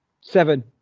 seven